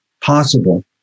possible